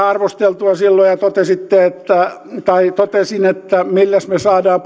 arvosteltua silloin ja totesin että milläs me saamme